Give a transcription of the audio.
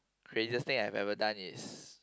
craziest thing I have ever done is